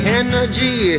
energy